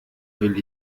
will